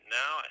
now